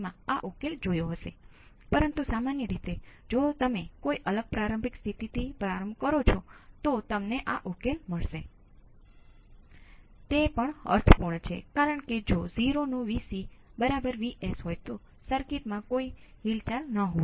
ચાલો કહીએ કે આ 0 થી 5 વોલ્ટનું સ્ટેપ છે અને તેના પર 2 વોલ્ટ પ્રારંભિક સ્થિતિ છે આ આપવામાં આવે છે અને મને જેમાં રુચિ છે તે વિદ્યુત પ્રવાહ I R છે તેથી હું t ના I R માટે સમીકરણ લખવા માંગુ છું